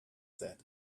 said